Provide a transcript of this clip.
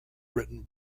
written